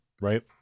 right